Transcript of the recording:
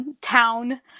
town